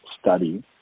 study